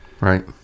Right